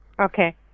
Okay